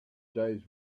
days